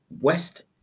West